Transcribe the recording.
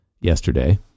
yesterday